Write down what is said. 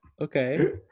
Okay